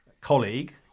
colleague